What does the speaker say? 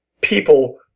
people